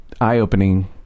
eye-opening